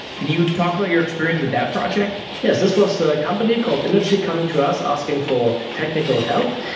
can you talk about your experience with that project? yes, this was a company called energy coming to us asking for technical help.